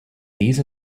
these